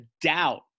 doubt